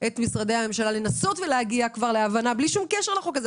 את משרדי הממשלה לנסות להגיע להבנה בלי קשר לחוק הזה.